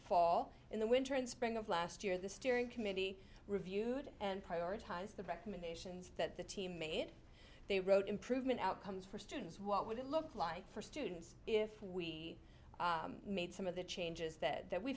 fall in the winter and spring of last year the steering committee reviewed and prioritize the recommendations that the team made they wrote improvement outcomes for students what would it look like for students if we made some of the changes that